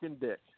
dick